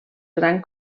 gran